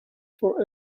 for